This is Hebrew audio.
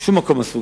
כל מקום אסור,